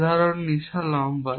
উদাহরন নিশা লম্বা